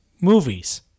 movies